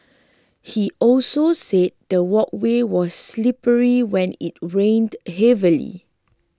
he also said the walkway was slippery when it rained heavily